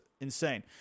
insane